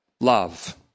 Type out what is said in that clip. love